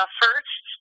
first